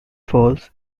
falls